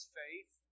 faith